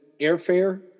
airfare